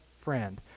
friend